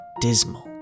dismal